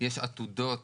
יש עתודות